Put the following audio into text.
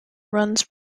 runs